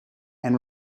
and